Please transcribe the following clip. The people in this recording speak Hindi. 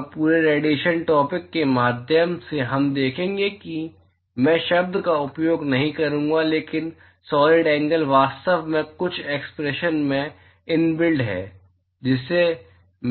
और पूरे रेडिएशन टॉपिक के माध्यम से हम देखेंगे कि मैं शब्द का उपयोग नहीं करूंगा लेकिन सॉलिड एंगल वास्तव में कुछ एक्सप्रेशन में इनबिल्ट है जिसे